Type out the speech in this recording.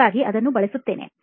ಹಾಗಾಗಿ ಅದನ್ನು ಬಳಸುತ್ತೇನೆ